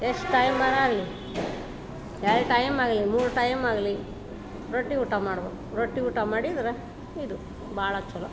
ಎಷ್ಟು ಟೈಮಾದ್ರು ಆಗಲಿ ಎರಡು ಟೈಮ್ ಆಗಲೀ ಮೂರು ಟೈಮ್ ಆಗಲೀ ರೊಟ್ಟಿ ಊಟ ಮಾಡ್ಬೇಕ್ ರೊಟ್ಟಿ ಊಟ ಮಾಡಿದ್ರೆ ಇದು ಭಾಳ ಚಲೋ